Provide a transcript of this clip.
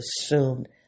assumed